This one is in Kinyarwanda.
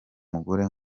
mugore